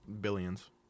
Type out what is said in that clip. Billions